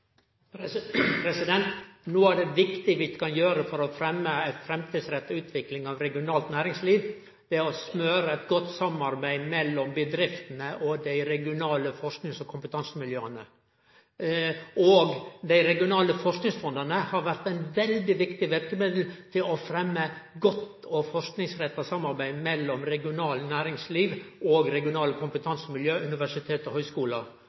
dei regionale forskings- og kompetansemiljøa. Dei regionale forskingsfonda har vore eit veldig viktig verkemiddel til å fremme eit godt og forskingsretta samarbeid mellom regionalt næringsliv og regionale kompetansemiljø, universitet og